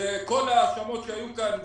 וכל ההאשמות שהיו כאן,